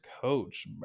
coach